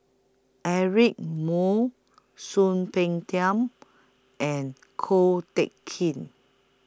Eric Moo Soon Peng Tam and Ko Teck Kin